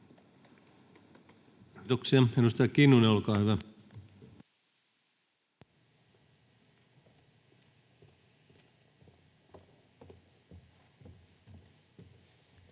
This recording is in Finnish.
Kiitoksia. — Edustaja Kinnunen, olkaa hyvä. Arvoisa